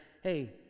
hey